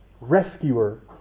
rescuer